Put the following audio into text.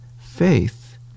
faith